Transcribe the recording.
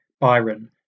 Byron